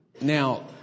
Now